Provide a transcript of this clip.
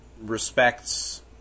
respects